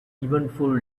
eventful